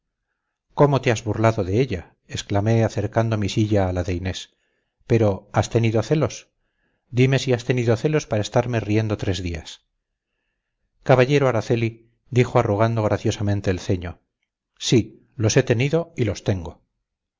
cómo te has burlado de ella exclamé acercando mi silla a la de inés pero has tenido celos dime si has tenido celos para estarme riendo tres días caballero araceli dijo arrugando graciosamente el ceño sí los he tenido y los tengo